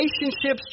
relationships